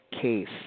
case